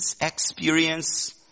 experience